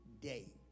day